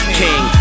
king